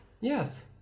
Yes